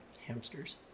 hamsters